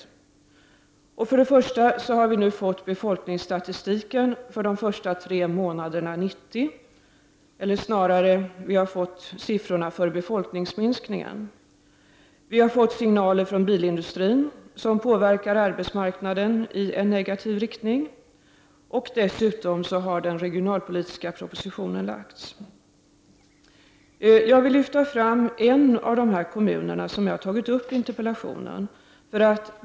Först och främst har vi nu fått statistiken för befolkningsutvecklingen för de första tre månaderna 1990, eller snarare kan man säga att vi har fått siffrorna för befolkningsminskningen. Vi har fått signaler från bilindustrin som påverkar arbetsmarknaden i en negativ riktning. Dessutom har den regionalpolitiska propositionen lagts fram. Jag vill lyfta fram en av de kommuner som jag har tagit upp i interpellationen.